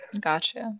Gotcha